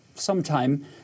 sometime